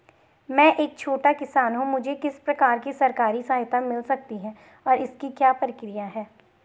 मैं एक छोटा किसान हूँ मुझे किस प्रकार की सरकारी सहायता मिल सकती है और इसकी क्या प्रक्रिया है?